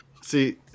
See